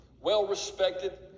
well-respected